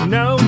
no